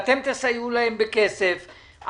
אתם תסייעו להם בכסף,